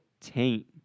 taint